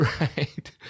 right